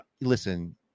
listen